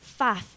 faff